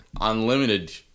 Unlimited